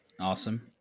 Awesome